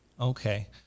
Okay